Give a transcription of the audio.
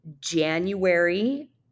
january